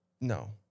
no